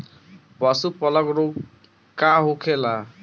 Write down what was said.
पशु प्लग रोग का होखेला?